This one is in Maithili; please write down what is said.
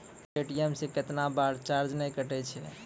ए.टी.एम से कैतना बार चार्ज नैय कटै छै?